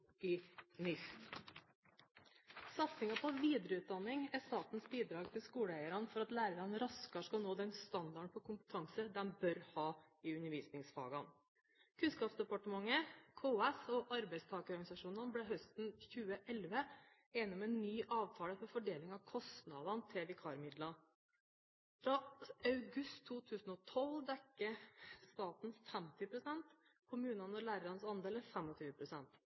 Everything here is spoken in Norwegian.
på videreutdanning er statens bidrag til skoleeierne for at lærerne raskere skal nå den standarden på kompetanse de bør ha i undervisningsfagene. Kunnskapsdepartementet, KS og arbeidstakerorganisasjonene ble høsten 2011 enige om en ny avtale for fordeling av kostnadene til vikarmidler. Fra august 2012 dekker staten 50 pst. Kommunene og lærernes andel er